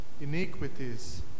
iniquities